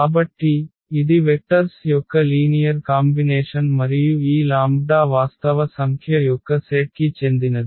కాబట్టి ఇది వెక్టర్స్ యొక్క లీనియర్ కాంబినేషన్ మరియు ఈ లాంబ్డా వాస్తవ సంఖ్య యొక్క సెట్కి చెందినది